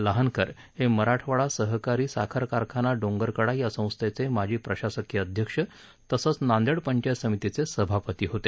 लहानकर हे मराठवाडा सहकारी साखर कारखाना डोंगरकडा या संस्थेचे माजी प्रशासकीय अध्यक्ष तसंच नांदेड पंचायत समितीचे सभापती होते